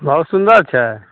बहुत सुन्दर छै